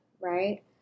Right